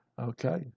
okay